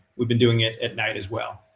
we've been doing it at night, as well.